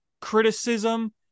criticism